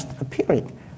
appearing